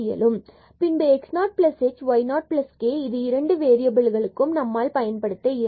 பின்பு x 0 h y 0 k இது 2 வேறியபிளுக்கும் நம்மால் பயன்படுத்த இயலும்